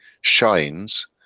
shines